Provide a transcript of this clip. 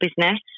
business